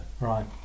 right